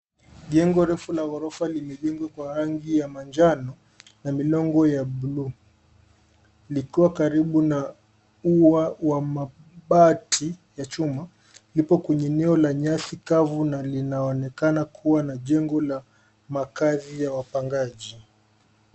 Jengo refu la ghorofa limejengwa kwa rangi ya manjano na milango ya bluu likiwa karibu na ua wa mabati ya chuma. Lipo kwenye eneo la nyasi kavu na linaonekana kuwa na jengo la makazi ya wapangaji.